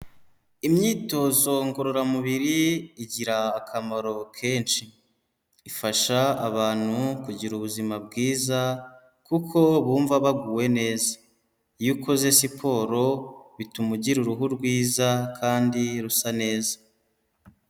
Imyitozo ngororamubiri igira akamaro kenshi, ifasha abantu kugira ubuzima bwiza kuko bumva baguwe neza, iyo ukoze siporo bituma ugira uruhu rwiza kandi rusa neza.